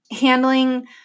handling